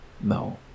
No